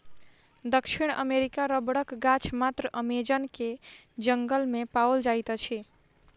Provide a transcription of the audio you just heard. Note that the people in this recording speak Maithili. दक्षिण अमेरिकी रबड़क गाछ मात्र अमेज़न के जंगल में पाओल जाइत अछि